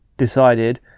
decided